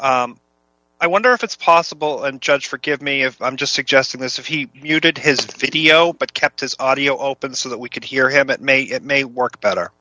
i wonder if it's possible and judge forgive me if i'm just suggesting this if he you did his video but kept his audio open so that we could hear him it may it may work better